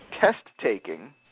Test-taking